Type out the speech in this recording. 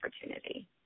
opportunity